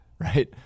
Right